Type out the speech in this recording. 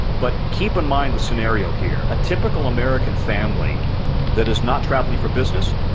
but keep in mind the scenario here. a typical american family that is not traveling for business,